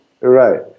right